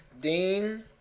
Dean